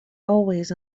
always